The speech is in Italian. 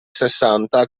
sessanta